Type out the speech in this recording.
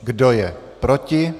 Kdo je proti?